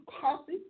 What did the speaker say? Coffee